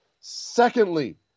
Secondly